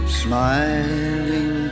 smiling